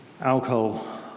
alcohol